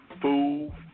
fool